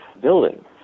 building